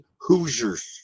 Hoosiers